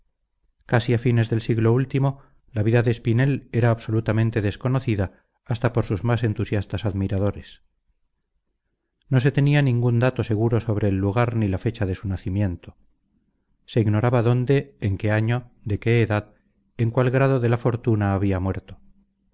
casi a fines del siglo último la vida de espinel era absolutamente desconocida hasta por sus más entusiastas admiradores no se tenía ningún dato seguro sobre el lugar ni la fecha de su nacimiento se ignoraba dónde en qué año de qué edad en cuál grado de la fortuna había muerto